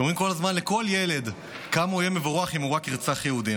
אומרים לכל ילד כמה מבורך הוא יהיה אם הוא רק ירצח יהודים.